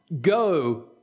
Go